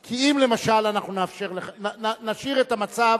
כי אם למשל נשאיר את המצב